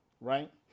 right